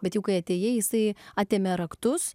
bet jau kai atėjai jisai atėmė raktus